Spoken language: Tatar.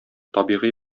табигый